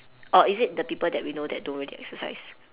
or is it the people that we know that don't really exercise